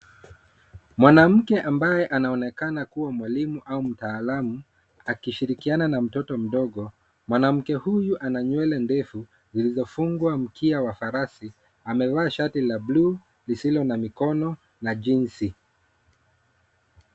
Mwanamke ambaye anaonekana kuwa mwalimu au mtaalamu, akishirikiana na mtoto mdogo. Mwanamke huyu ana nywele ndefu zilizofungwa mkia wa farasi, amevaa shati la bluu lisilo na mikono na jeans .